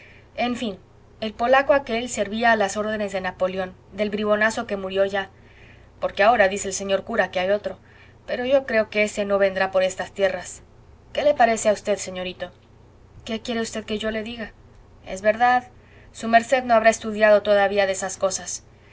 en fin el polaco aquel servía a las órdenes de napoleón del bribonazo que murió ya porque ahora dice el señor cura que hay otro pero yo creo que ése no vendrá por estas tierras qué le parece a v señorito qué quiere v que yo le diga es verdad su merced no habrá estudiado todavía de estas cosas